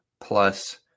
plus